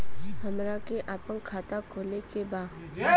हमरा के अपना खाता खोले के बा?